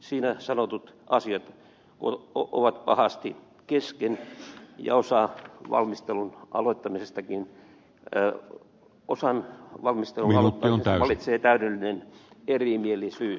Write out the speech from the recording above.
siinä sanotut asiat ovat pahasti kesken ja valmistelun aloittamisestakin vallitsee täydellinen erimielisyys